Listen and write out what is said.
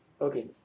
Okay